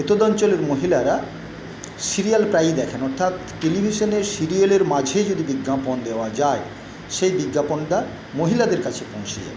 অঞ্চলের মহিলারা সিরিয়াল প্রায়ই দেখেন অর্থাৎ টেলিভিশানে সিরিয়ালের মাঝেই বিজ্ঞাপন দেওয়া যায় সেই বিজ্ঞাপনটা মহিলাদের কাছে পৌঁছে যাবে